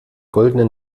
goldene